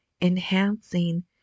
enhancing